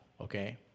okay